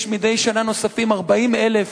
מדי שנה נוספים 40,000